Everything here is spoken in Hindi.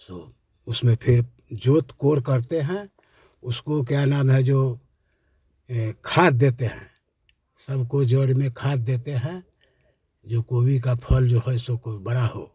सो उसमें फिर जोत कोर करते हैं उसको क्या नाम है जो खाद देते हैं सबको जड़ में खाद देते हैं जो गोभी का फल जो है सो को बड़ा हो